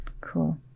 Cool